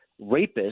rapists